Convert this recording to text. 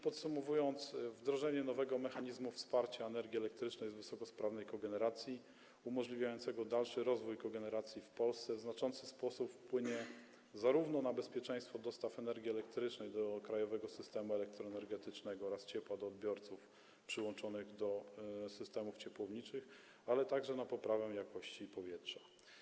Podsumowując, powiem, że wdrożenie nowego mechanizmu wsparcia energii elektrycznej z wysokosprawnej kogeneracji umożliwiającego dalszy rozwój kogeneracji w Polsce w znaczący sposób wpłynie na bezpieczeństwo dostaw energii elektrycznej do krajowego systemu elektroenergetycznego oraz ciepła do odbiorców przyłączonych do systemów ciepłowniczych, a także na poprawę jakości powietrza.